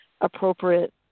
appropriate